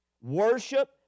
worship